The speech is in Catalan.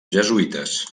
jesuïtes